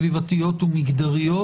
סביבתיות ומגדריות.